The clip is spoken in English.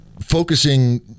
focusing